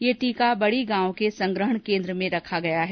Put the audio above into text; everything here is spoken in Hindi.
ये टीका बड़ी गांव के संग्रहण केन्द्र में रखा गया है